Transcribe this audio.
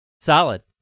solid